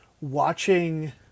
watching